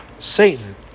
satan